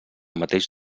mateix